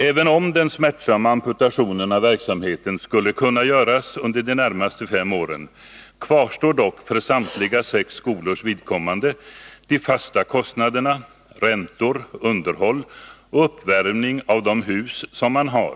Även om den smärtsamma amputationen av verksamheten skulle kunna göras under de närmaste fem åren, kvarstår dock för samtliga sex skolors vidkommande de fasta kostnaderna, räntor, underhåll och uppvärmning av de hus som man har.